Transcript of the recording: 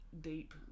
deep